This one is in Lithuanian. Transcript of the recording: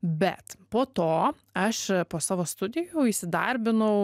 bet po to aš po savo studijų įsidarbinau